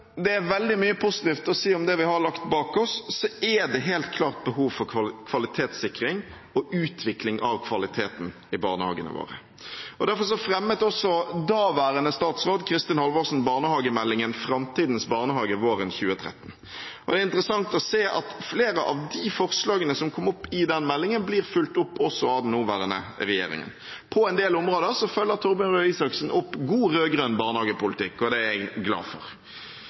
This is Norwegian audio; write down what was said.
det er veldig mye positivt å si om det vi har lagt bak oss, er det helt klart behov for kvalitetssikring og utvikling av kvaliteten i barnehagene våre. Derfor fremmet også daværende statsråd Kristin Halvorsen barnehagemeldingen Framtidens barnehage våren 2013. Det er interessant å se at flere av de forslagene som kom opp i den meldingen, blir fulgt opp også av nåværende regjering. På en del områder følger Torbjørn Røe Isaksen opp god rød-grønn barnehagepolitikk, og det er jeg glad for.